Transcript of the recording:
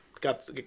got